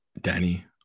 Danny